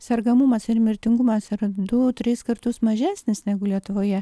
sergamumas ir mirtingumas yra du tris kartus mažesnis negu lietuvoje